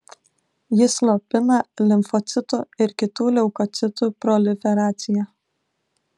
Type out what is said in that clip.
jis slopina limfocitų ir kitų leukocitų proliferaciją